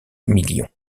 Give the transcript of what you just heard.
millions